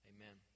Amen